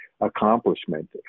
accomplishment